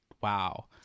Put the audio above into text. wow